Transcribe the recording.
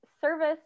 service